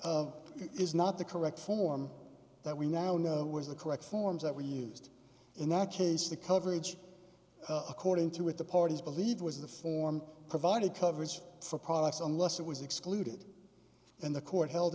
case is not the correct form that we now know was the correct forms that were used in that case the coverage according to what the parties believe was the form provided coverage for products unless it was excluded in the court held